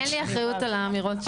אין לי אחריות על האמירות שלו.